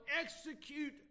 execute